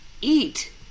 eat